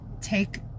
take